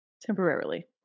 temporarily